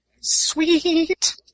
Sweet